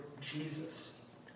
Jesus